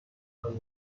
های